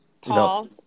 Paul